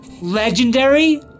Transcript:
legendary